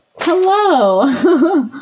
hello